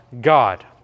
God